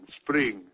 spring